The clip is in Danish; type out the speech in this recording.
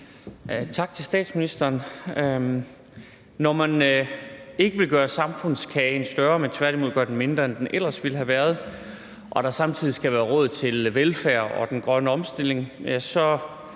Tak til statsministeren. Når man ikke vil gøre samfundskagen større, men tværtimod gøre den mindre, end den ellers ville have været, og der samtidig skal være råd til velfærd og den grønne omstilling, så